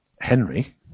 Henry